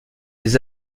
les